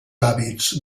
hàbits